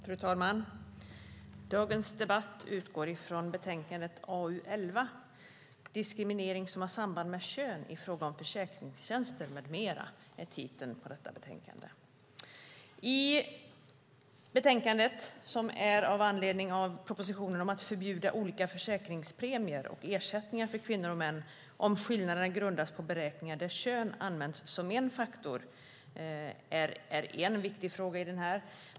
Fru talman! Dagens debatt utgår från betänkandet AU11, Diskriminering som har samband med kön i fråga om försäkringstjänster m.m. I betänkandet behandlar utskottet en proposition om ett förbud mot att ha olika försäkringspremier och ersättningar för kvinnor och män om skillnaderna grundas på beräkningar där kön använts som en faktor. Det är en viktig fråga.